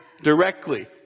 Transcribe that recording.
Directly